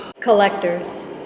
Collectors